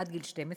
עד גיל 12,